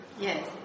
Yes